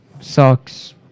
socks